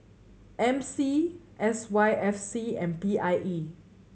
M C S Y F C and P I E